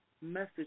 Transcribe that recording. message